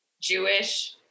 Jewish